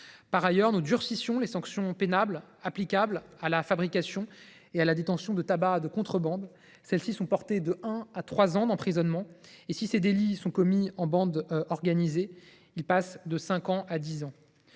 Par ailleurs, nous durcissons les sanctions pénales applicables à la fabrication et à la détention de tabac de contrebande, qui sont portées d’un à trois ans d’emprisonnement. Si ces délits sont commis en bande organisée, la peine d’emprisonnement